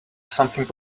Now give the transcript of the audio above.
something